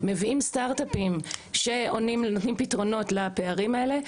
מביאים סטארט-אפים שנותנים פתרונות לפערים האלה,